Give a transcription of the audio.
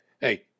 hey